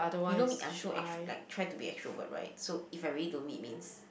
you know me I'm so ex~ like try to be extrovert right so if I really don't meet means